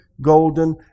golden